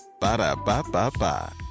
Ba-da-ba-ba-ba